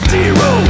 Zero